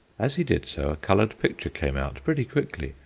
as he did so a coloured picture came out pretty quickly,